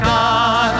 God